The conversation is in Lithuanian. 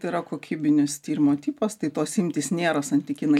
tai yra kokybinis tyrimo tipas tai tos imtys nėra santykinai